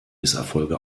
misserfolge